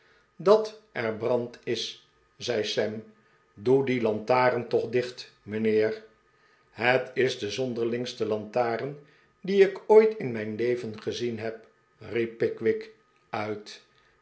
dat er brand is zei sam doe die lantaren toch dicht mijnheer het is de zonderlingste lantaren die ik ooit in mijn leven gezien heb riep pickwick uit